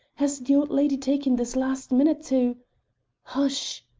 has the old lady taken this last minute to hush!